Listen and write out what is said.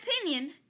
opinion